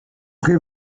pré